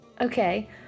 Okay